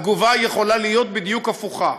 התגובה יכולה להיות בדיוק הפוכה,